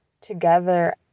together